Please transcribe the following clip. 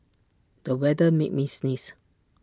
the weather made me sneeze